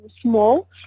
small